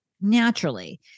naturally